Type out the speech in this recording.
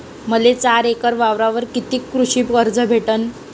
मले चार एकर वावरावर कितीक कृषी कर्ज भेटन?